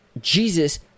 Jesus